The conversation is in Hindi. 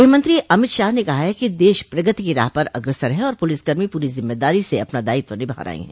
गूहमंत्री अमित शाह ने कहा है कि देश प्रगति की राह पर अग्रसर है और पुलिसकर्मी पूरी जिम्मेदारी से अपना दायित्व निभा रहे हैं